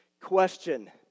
Question